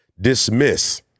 dismiss